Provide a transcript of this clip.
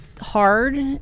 hard